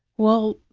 well,